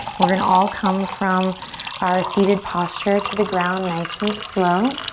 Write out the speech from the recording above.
we're gonna all come from our seated posture to the ground, nice and slow.